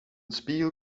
spiegel